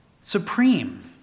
supreme